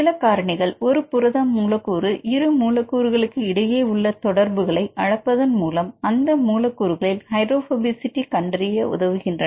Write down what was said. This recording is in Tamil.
சில காரணிகள் ஒரு புரத மூலக்கூறு இரு மூலக்கூறுகளுக்கு இடையே உள்ள தொடர்புகளை அளப்பதன் மூலம் அந்த மூலக்கூறுகளில் ஹைட்ரோபோபசிட்டி கண்டறிய உதவுகின்றன